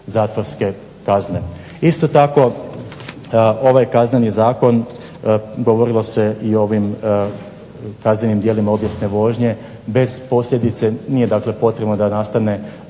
zatvorske kazne. Isto tako ovaj Kazneni zakon govorili se i o ovim kaznenim djelima obijesne vožnje bez posljedice, nije dakle potrebno da nastane